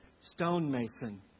stonemason